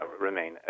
remain